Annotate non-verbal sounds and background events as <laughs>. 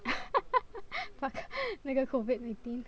<laughs> fuck 那个 COVID nineteen